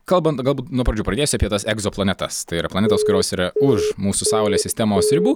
kalbant galbūt nuo pradžių pradėsiu apie tas egzoplanetas tai yra planetos kurios yra už mūsų saulės sistemos ribų